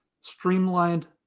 streamlined